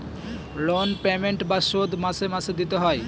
loan payment বা শোধ মাসে মাসে দিতে হয়